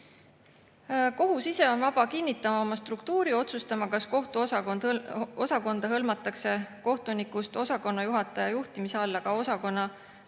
Kohus ise on vaba kinnitama oma struktuuri ja otsustama, kas kohtu osakonda kohtunikust osakonnajuhataja juhtimise alla hõlmatakse